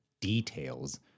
details